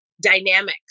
dynamics